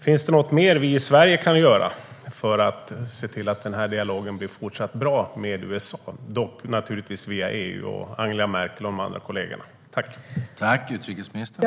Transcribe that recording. Finns det något mer som vi i Sverige kan göra för att se till att dialogen med USA blir fortsatt bra, naturligtvis via EU, Angela Merkel och de andra kollegorna?